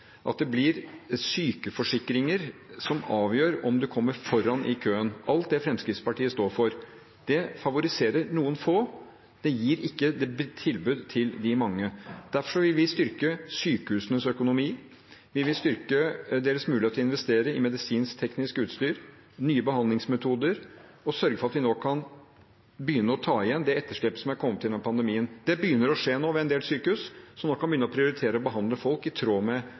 at det blir sykeforsikringer som avgjør om man kommer foran i køen – alt det Fremskrittspartiet står for. Det favoriserer noen få. Det gir ikke et tilbud til de mange. Derfor vil vi styrke sykehusenes økonomi. Vi vil styrke deres mulighet til å investere i medisinskteknisk utstyr og nye behandlingsmetoder og sørge for at vi nå kan begynne å ta igjen det etterslepet som er kommet gjennom pandemien. Det begynner å skje nå ved en del sykehus, som da kan begynne å prioritere og behandle folk i tråd med